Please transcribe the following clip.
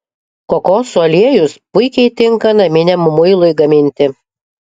kokosų aliejus puikiai tinka naminiam muilui gaminti